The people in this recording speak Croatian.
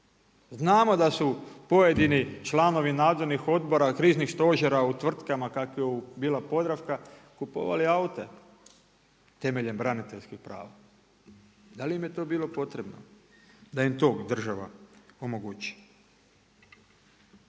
Znamo da su pojedini članovi nadzornih odbora kriznih stožera u tvrtkama kakva je bila Podravka, kupovali aute temeljem braniteljskih prava. Da li im je to bilo potrebno da im to država omogući?